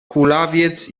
kulawiec